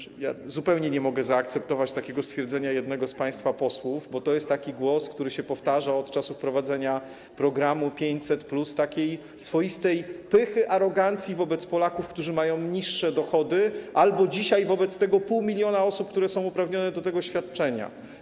Zupełnie nie mogę zaakceptować takiego stwierdzenia jednego z państwa posłów, bo to jest taki głos, który się powtarza od czasu wprowadzenia programu 500+, takiej swoistej pychy, arogancji wobec Polaków, którzy mają niższe dochody, albo wobec tego 0,5 mln osób, które dzisiaj są uprawnione do tego świadczenia.